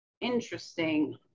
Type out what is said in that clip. interesting